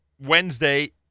Wednesday